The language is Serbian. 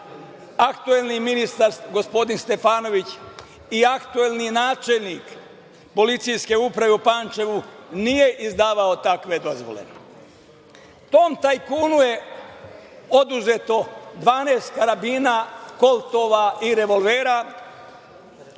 aktuelni ministar gospodin Stefanović i aktuelni načelnik Policijske uprave u Pančevu nije izdavao takve dozvole. Tom tajkunu je oduzeto 12 karabina, koltova i revolvera,